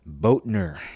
Boatner